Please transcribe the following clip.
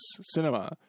cinema